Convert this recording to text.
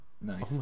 Nice